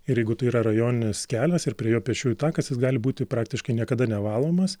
ir jeigu tai yra rajoninis kelias ir prie jo pėsčiųjų takas jis gali būti praktiškai niekada nevalomas